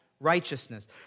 Righteousness